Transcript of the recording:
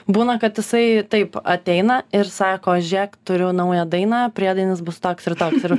būna kad jisai taip ateina ir sako žėk turiu naują dainą priedainis bus toks ir toks ir